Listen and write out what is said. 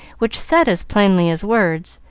which said as plainly as words,